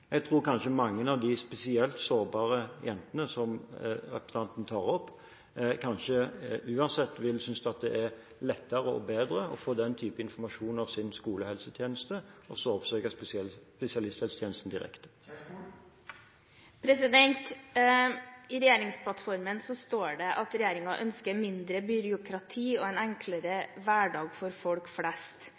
Jeg tror kanskje mange av de spesielt sårbare jentene, som representanten viser til, uansett vil synes det er lettere og bedre å få den type informasjon av skolehelsetjenesten, og så oppsøke spesialisthelsetjenesten direkte. I regjeringsplattformen står det at regjeringen ønsker mindre byråkrati og en enklere hverdag for folk flest,